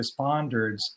responders